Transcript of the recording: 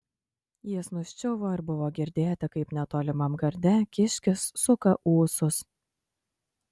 jis nuščiuvo ir buvo girdėti kaip netolimam garde kiškis suka ūsus